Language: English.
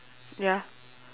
ya